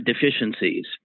deficiencies